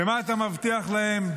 ומה אתה מבטיח להם?